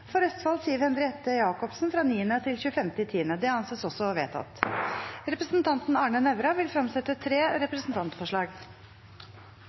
For Østfold fylke: Siv Henriette Jacobsen 9.–25. oktober Representanten Arne Nævra vil fremsette tre